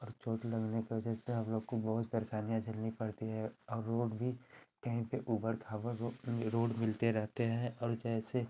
और चोंट लगने की वजह से हम लोग को बहुत परेशानियाँ झेलनी पड़ती है और रोड भी कहीं पर ऊबड़ खाबड़ रोड मिलती रहती है और जैसे